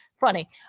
Funny